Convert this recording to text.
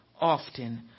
often